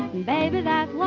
baby that's